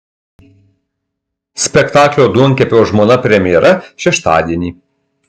spektaklio duonkepio žmona premjera šeštadienį